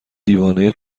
دیوانه